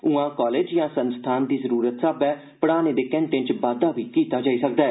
उआं कालेज जां संस्थान दी जरूरत साब्बै पढ़ाने दे घंटें च बाद्दा कीता जाई सकदा ऐ